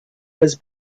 was